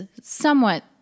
somewhat